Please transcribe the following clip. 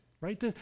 right